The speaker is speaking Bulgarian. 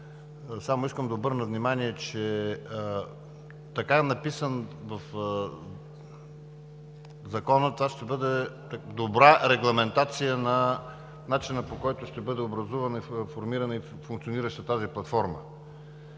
Само искам да обърна внимание, че така написан, Законът ще бъде добра регламентация за начина, по който ще бъде образувана, формирана и функционираща тази платформа.